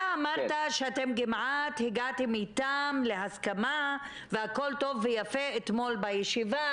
אתה אמרת שאתם כמעט הגעתם איתם להסכמה והכל טוב ויפה אתמול בישיבה,